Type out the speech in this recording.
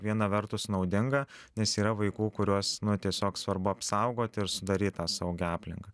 viena vertus naudinga nes yra vaikų kuriuos nu tiesiog svarbu apsaugoti ir sudaryt tą saugią aplinką